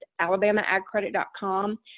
alabamaagcredit.com